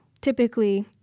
typically